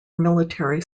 military